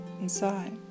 inside